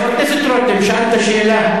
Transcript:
חבר הכנסת רותם, שאלת שאלה.